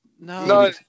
No